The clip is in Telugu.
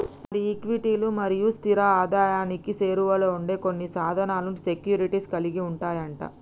మరి ఈక్విటీలు మరియు స్థిర ఆదాయానికి సేరువలో ఉండే కొన్ని సాధనాలను సెక్యూరిటీస్ కలిగి ఉంటాయి అంట